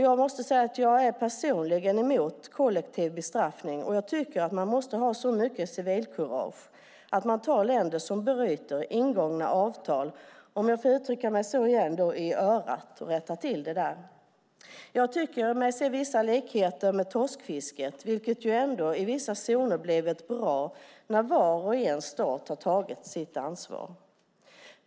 Jag måste säga att jag personligen är emot kollektiv bestraffning. Jag tycker också att man måste ha så mycket civilkurage att man tar länder som bryter mot ingångna avtal i örat - om jag får uttrycka mig så - och rättar till det hela. Jag tycker mig se vissa likheter med torskfisket, vilket i vissa zoner ändå blivit bra när var stat tagit sitt ansvar.